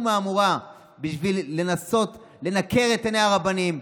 מהמורה בשביל לנסות לנקר את עיני הרבנים,